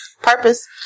Purpose